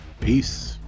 peace